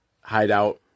hideout